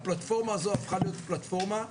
הפלטפורמה הזו הפכה להיות פלטפורמה פרועה,